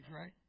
right